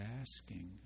asking